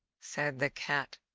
said the cat,